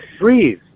Breathe